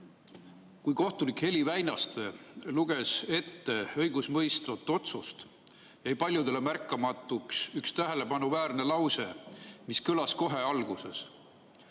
Kui kohtunik Heli Väinaste luges ette õigust mõistvat otsust, jäi paljudele märkamatuks üks tähelepanuväärne lause, mis kõlas kohe alguses.